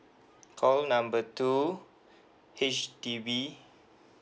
call number two H_D_B